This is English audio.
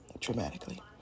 Dramatically